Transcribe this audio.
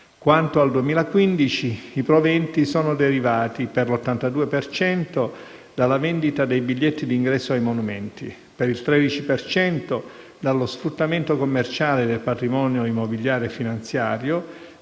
Quanto al 2015, i proventi sono derivati: per l'82 per cento dalla vendita dei biglietti di ingresso ai monumenti; per il 13 per cento dallo sfruttamento commerciale del patrimonio immobiliare e finanziario;